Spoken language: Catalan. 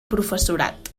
professorat